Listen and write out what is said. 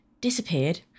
disappeared